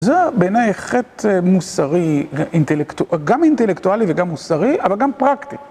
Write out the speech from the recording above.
זה בעיניי חטא מוסרי, גם אינטלקטואלי וגם מוסרי, אבל גם פרקטי.